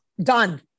Done